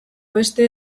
beste